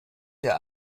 der